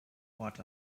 ort